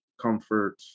comfort